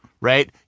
Right